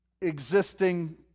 existing